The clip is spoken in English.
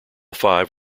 five